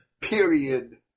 period